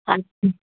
আচ্ছা